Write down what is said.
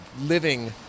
living